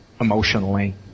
emotionally